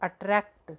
attract